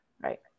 Right